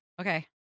okay